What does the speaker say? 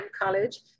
College